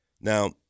Now